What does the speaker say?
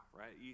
right